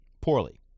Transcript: Poorly